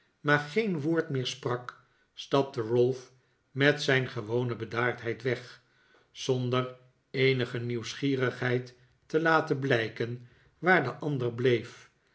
maar geen woord meer sprak stapte ralph met zijn gewone bedaardheid weg zonder eenige nieuwsgierigheid te laten blijken waar de ander bleef